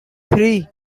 three